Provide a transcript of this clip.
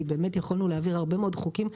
כי באמת יכולנו להעביר הרבה מאוד חוקים,